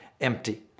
empty